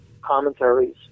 commentaries